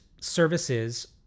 services